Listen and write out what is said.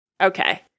Okay